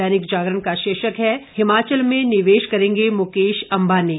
दैनिक जागरण का शीर्षक है हिमाचल में निवेश करेंगे मुकेश अंबानी